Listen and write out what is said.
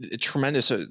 tremendous